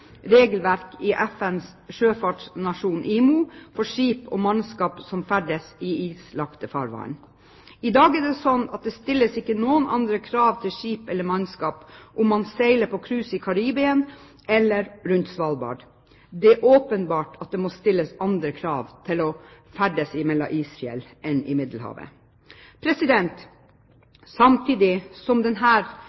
regelverk i FNs sjøfartsorganisasjon, IMO, for skip og mannskap som ferdes i islagte farvann. I dag er det slik at det ikke stilles forskjellige krav til skip eller mannskap enten man seiler på cruise i Karibia eller rundt Svalbard. Det er åpenbart at det må stilles andre krav til å ferdes mellom isfjell enn til å ferdes i Middelhavet.